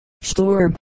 Storm